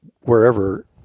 wherever